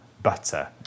Butter